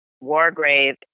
Wargrave